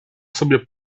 sobie